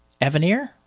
Evanier